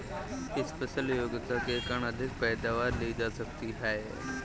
special योग्यता के कारण अधिक पैदावार ली जा सकती है